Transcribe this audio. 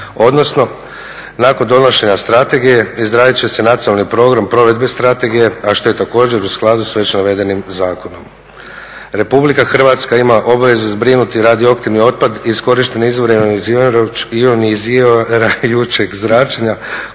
odnosno nakon donošenja strategije izradit će se nacionalni program provedbe strategije,a što je također u skladu sa već navedenim zakonom. RH ima obvezu zbrinuti radioaktivni otpad iskorištene izvore ionizirajućeg zračenja